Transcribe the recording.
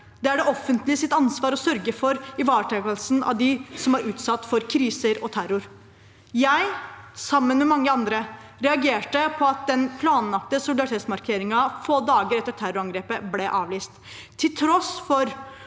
Det er det offentliges ansvar å sørge for ivaretakelsen av dem som er utsatt for kriser og terror. Jeg, sammen med mange andre, reagerte på at den planlagte solidaritetsmarkeringen få dager etter terrorangrepet ble avlyst. Til tross for